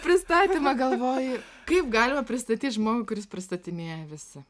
pristatymą galvoju kaip galima pristatyt žmogų kur jus pristatinėja visi